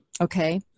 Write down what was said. Okay